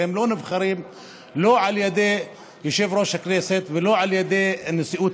והם לא נבחרים לא על ידי יושב-ראש הכנסת ולא על ידי נשיאות